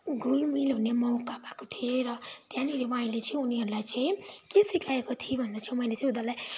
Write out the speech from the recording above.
घुलमिल हुने मौका पाएको थिएँ र त्यहाँनिर मैले चाहिँ उनीहरूलाई चाहिँ के सिकाएको थिएँ भन्दा चाहिँ मैले चाहिँ उनीहरूलाई